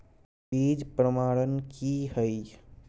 बीज प्रमाणन की हैय?